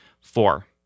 Four